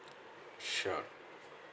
sure